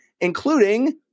including